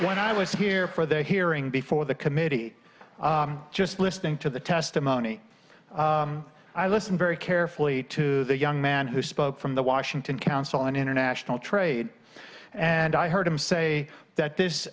when i was here for the hearing before the committee just listening to the testimony i listened very carefully to the young man who spoke from the washington council on international trade and i heard him say that this